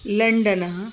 London